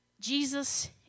Jesus